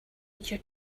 you